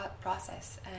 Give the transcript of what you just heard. process